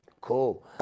Cool